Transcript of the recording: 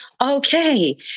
Okay